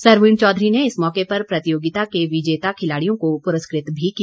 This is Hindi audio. सरवीण चौधरी ने इस मौके पर प्रतियोगिता विजेता खिलाड़ियों को पुरस्कृत किया